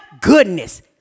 Goodness